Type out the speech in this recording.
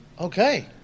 Okay